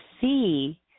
see